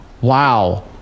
wow